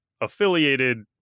affiliated